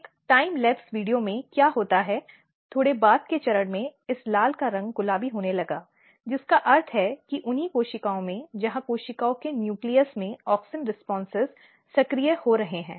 एक समय चूक वीडियो में क्या होता है थोड़े बाद के चरण में इस लाल का रंग गुलाबी होने लगा जिसका अर्थ है कि उन्हीं कोशिकाओं में जहाँ कोशिकाओं के न्यूक्लियस में ऑक्सिन प्रतिक्रियाएँ सक्रिय हो रही हैं